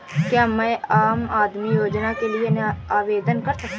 क्या मैं आम आदमी योजना के लिए आवेदन कर सकता हूँ?